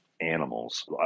animals